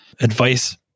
Advice